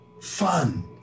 fun